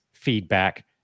feedback